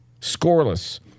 scoreless